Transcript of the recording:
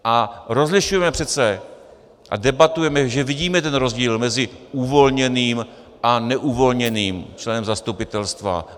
A rozlišujeme přece a debatujeme, že vidíme rozdíl mezi uvolněným a neuvolněným členem zastupitelstva.